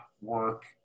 work